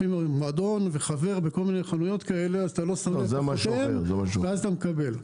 לפעמים כשאתה חבר מועדון בכל מיני חנויות אז אתה לא שם לב ואתה מקבל.